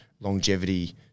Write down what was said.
longevity